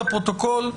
לפרוטוקול,